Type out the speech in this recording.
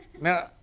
Now